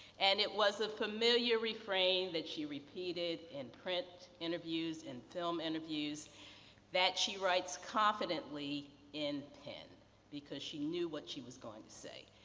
and, it was a familiar refrain that she repeated in print interviews and film interviews that she writes confidently in pen because she knew what she was going to say.